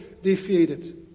defeated